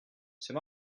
c’est